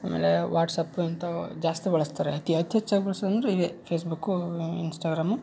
ಆಮೇಲೆ ವಾಟ್ಸ್ಅಪ್ಪು ಇಂಥವು ಜಾಸ್ತಿ ಬಳಸ್ತಾರೆ ಅತಿ ಹೆಚ್ಚು ಹೆಚ್ಚಾಗಿ ಬಳ್ಸುದಂದ್ರೆ ಇವೇ ಫೇಸ್ಬುಕ್ಕು ಇನ್ಸ್ಟಾಗ್ರಾಮು